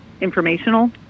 informational